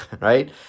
right